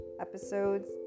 Episodes